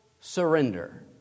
surrender